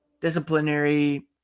disciplinary